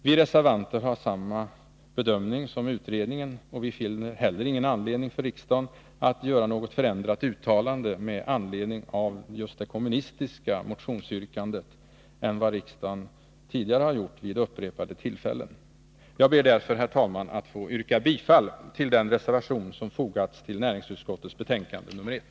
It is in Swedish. Vi reservanter har gjort samma bedömning som delegationen, och vi finner ingen anledning för riksdagen att göra något annat uttalande med anledning av det kommunistiska motionsyrkandet än vad riksdagen har gjort vid upprepade tillfällen tidigare. Jag ber därför, herr talman, att få yrka bifall till den reservation som har fogats vid näringsutskottets betänkande nr 1.